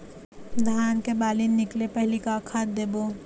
धान के बाली निकले पहली का खाद देबो?